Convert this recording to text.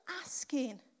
asking